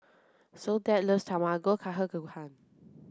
Soledad loves Tamago Kake Gohan